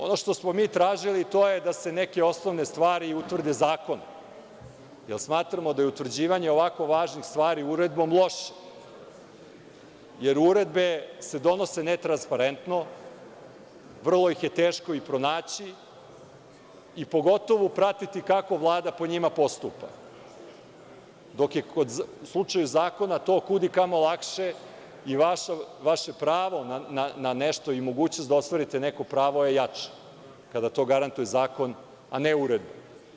Ono što smo mi tražili, to je da se neke osnovne stvari utvrde zakonom, jer smatramo da je utvrđivanje ovako važnih stvari uredbom loše, jer uredbe se donose netransparentno, vrlo ih je teško i pronaći i pogotovo pratiti kako Vlada po njima postupa, dok je u slučaju zakona to kud i kamo lakše i vaše pravo na nešto i mogućnost da ostvarite neko pravo je jače kada to garantuje zakon, a ne uredba.